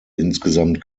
insgesamt